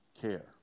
care